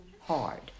hard